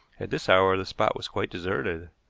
at this hour the spot was quite deserted.